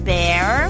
Bear